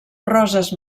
roses